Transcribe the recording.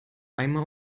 einmal